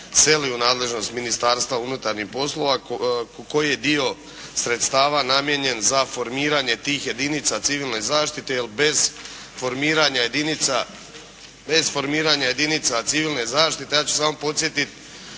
u nadležnost Ministarstva unutarnjih poslova. Koji je dio sredstava namijenjen za formiranje tih jedinica civilne zaštite jer bez formiranja jedinica civilne zaštite ja ću samo podsjetiti